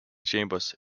chambers